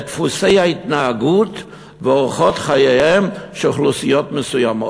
דפוסי ההתנהגות ואורחות חייהן של אוכלוסיות מסוימות.